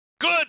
good